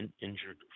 injured